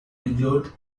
include